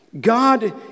God